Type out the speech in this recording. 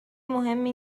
مهمی